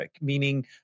meaning